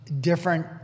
different